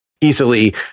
easily